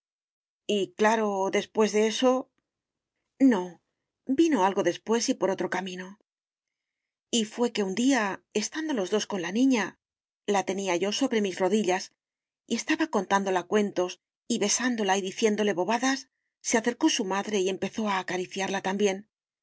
y claro después de eso no vino algo después y por otro camino y fué que un día estando los dos con la niña la tenía yo sobre mis rodillas y estaba contándola cuentos y besándola y diciéndole bobadas se acercó su madre y empezó a acariciarla también